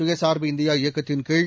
சுயசா்பு இந்தியா இயக்கத்தின் கீழ்